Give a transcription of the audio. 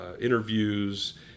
interviews